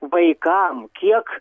vaikam kiek